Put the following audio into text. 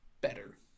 better